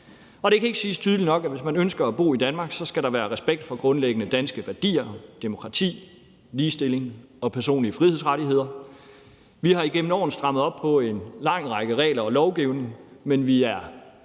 Det kan ikke siges tydeligt nok, at hvis man ønsker at bo i Danmark, skal der være respekt for grundlæggende danske værdier, demokrati, ligestilling og personlige frihedsrettigheder. Vi har igennem årene strammet op på en lang række regler og lovgivning, men vi er